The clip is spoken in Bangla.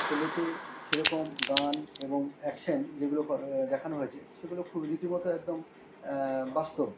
শোলেতে সেরকম গান এবং অ্যাকশান যেগুলো ক দেখানো হয়েছে সেগুলো খুব রীতিমত একদম বাস্তব